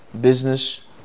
business